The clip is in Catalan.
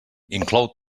inclou